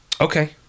okay